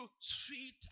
sweet